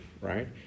right